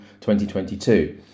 2022